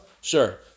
Sure